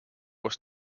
was